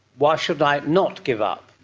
why should i not give up?